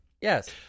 Yes